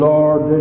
Lord